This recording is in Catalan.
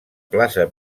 plaça